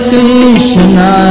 Krishna